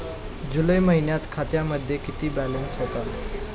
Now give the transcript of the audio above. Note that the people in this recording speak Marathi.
जुलै महिन्यात खात्यामध्ये किती बॅलन्स होता?